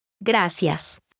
Gracias